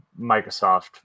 Microsoft